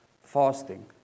fasting